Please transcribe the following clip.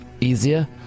easier